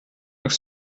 noch